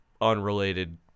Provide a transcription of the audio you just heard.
unrelated